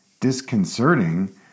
disconcerting